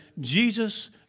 Jesus